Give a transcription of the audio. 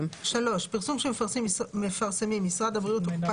פרסום שמפרסמים משרד הבריאות או קופות